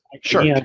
sure